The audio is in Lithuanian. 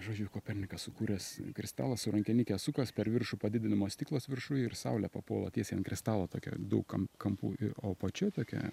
žodžiu kopernikas sukūręs kristalą su rankenike sukas per viršų padidinamas stiklas viršuj ir saulė papuola tiesiai ant kristalo tokia daug kampų ir o apačioj tokia